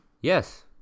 Yes